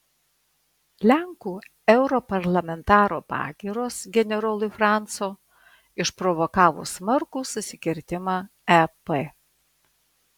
lenkų europarlamentaro pagyros generolui franco išprovokavo smarkų susikirtimą ep